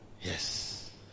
Yes